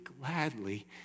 gladly